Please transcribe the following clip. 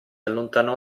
allontanò